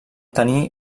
tenir